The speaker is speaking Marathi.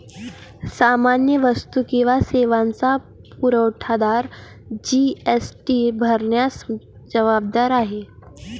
सामान्य वस्तू किंवा सेवांचा पुरवठादार जी.एस.टी भरण्यास जबाबदार आहे